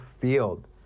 field